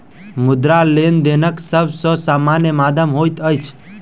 मुद्रा, लेनदेनक सब सॅ सामान्य माध्यम होइत अछि